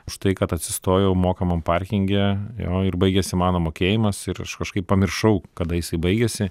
už tai kad atsistojau mokamam parkinge jo ir baigėsi mano mokėjimas ir aš kažkaip pamiršau kada jisai baigėsi